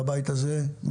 בבית הזה,